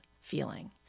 feeling